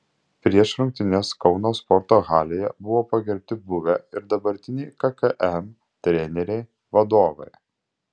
prieš rungtynes kauno sporto halėje buvo pagerbti buvę ir dabartiniai kkm treneriai vadovai